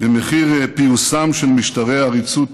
במחיר פיוסם של משטרי עריצות תוקפניים,